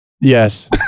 Yes